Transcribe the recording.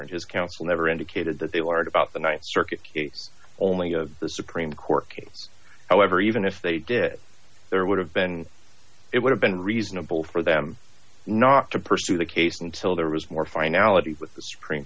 his counsel never indicated that they learned about the th circuit only of the supreme court case however even if they did there would have been it would have been reasonable for them not to pursue the case until there was more finality with the supreme